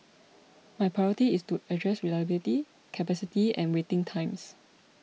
my priority is to address reliability capacity and waiting times